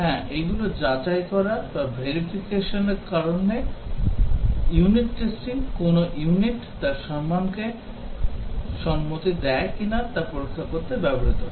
হ্যাঁ এগুলি যাচাই করার কৌশল কারণ ইউনিট টেস্টিং কোনও ইউনিট তার নকশাকে সম্মতি দেয় কিনা তা পরীক্ষা করতে ব্যবহৃত হয়